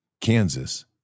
Kansas